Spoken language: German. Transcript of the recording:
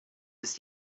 ist